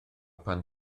pan